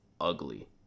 ugly